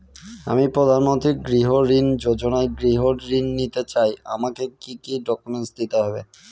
আমি প্রধানমন্ত্রী গৃহ ঋণ যোজনায় গৃহ ঋণ নিতে চাই আমাকে কি কি ডকুমেন্টস দিতে হবে?